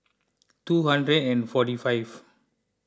two hundred and forty five